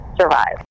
survive